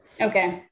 okay